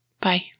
Bye